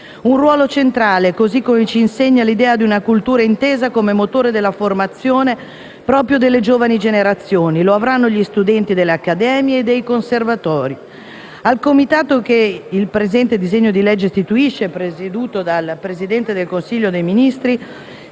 Un ruolo centrale, così come ci insegna l'idea di una cultura intesa come motore della formazione proprio delle giovani generazioni, lo avranno gli studenti delle accademie e dei conservatori. Al comitato che il presente disegno di legge istituisce - presieduto dal Presidente del Consiglio dei ministri